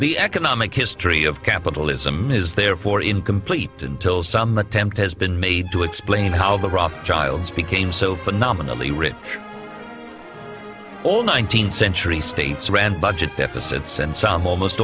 the economic history of capitalism is therefore incomplete until some attempt has been made to explain how the rothschilds became so phenomenally rich all nineteenth century states ran budget deficits and some almost